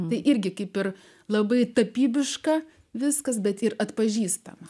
tai irgi kaip ir labai tapybiška viskas bet ir atpažįstama